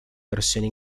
versione